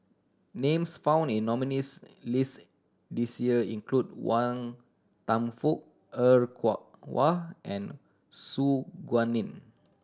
names found in nominees' list this year include Wan Kam Fook Er Kwong Wah and Su Guaning